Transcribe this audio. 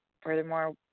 Furthermore